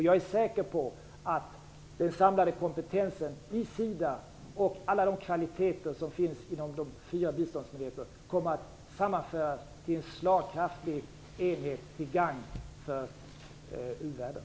Jag är säker på att den samlade kompetensen i SIDA och alla de kvaliteter som finns inom de fyra biståndsmyndigheterna kommer att sammanföras till en slagkraftig enhet till gagn för u-världen.